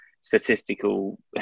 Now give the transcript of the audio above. statistical